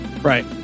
Right